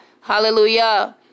hallelujah